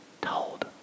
told